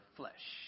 flesh